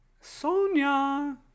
Sonia